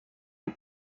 est